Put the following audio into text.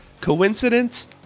coincidence